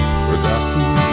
forgotten